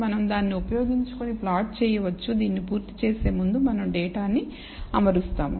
మనం దానిని ఉపయోగించుకొని ప్లాట్ చేయవచ్చు దీనిని పూర్తి చేసే ముందు మనం డేటాని అమరస్తాము